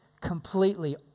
completely